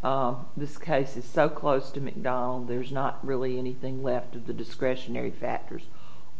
because this case is so close to me there's not really anything left of the discretionary factors